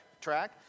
track